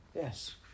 Yes